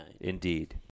Indeed